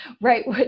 Right